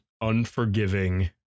unforgiving